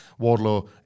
Wardlow